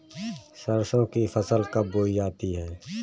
सरसों की फसल कब बोई जाती है?